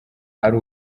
ari